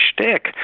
shtick